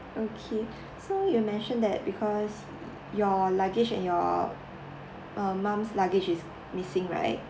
okay so you mentioned that because your luggage and your uh mum's luggage is missing right